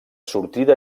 sortida